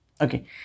okay